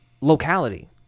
locality